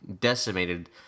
decimated